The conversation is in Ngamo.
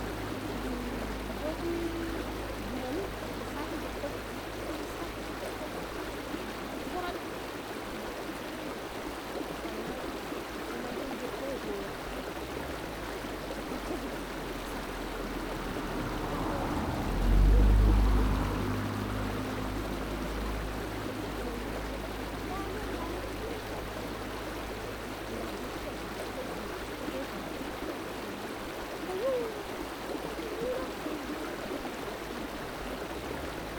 shi shi goshi bina mi ki sake jabto de saiki saketi jamto dadti weimi ki buti saral shi buto ka'imi sannan shi nemti shi jamtino foyu shi fakshi zigonshi kea fashak ta yauwa kute gonmu ga gi zammu gamuyo tate koshi tiya na gonno gazamno gumi zafshi gumo na waikoshi ale ale shi dinaɗo ale na bushi na dukshi kaifu kuɗankani ta yo kaiso kai shi dino ta na dino maraba maraba maraba